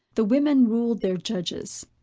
the women ruled their judges.